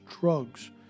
Drugs